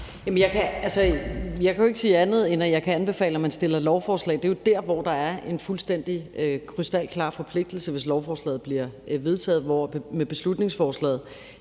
Jeg kan jo ikke sige andet, end at jeg kan anbefale, at man fremsætter lovforslag. Det er jo der, hvor der er en fuldstændig krystalklar forpligtelse, hvis lovforslaget bliver vedtaget, hvor det med beslutningsforslag